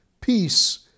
peace